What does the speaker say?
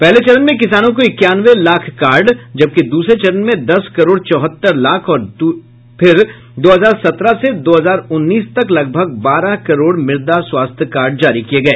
पहले चरण में किसानों को इक्यानवे लाख कार्ड जबकि द्रसरे चरण में दस करोड़ चौहत्तर लाख और द्रसरे चरण में दो हजार सत्रह से दो हजार उन्नीस तक लगभग बारह करोड़ मुदा स्वास्थ्य कार्ड जारी किए गए